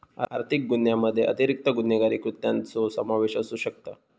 आर्थिक गुन्ह्यामध्ये अतिरिक्त गुन्हेगारी कृत्यांचो समावेश असू शकता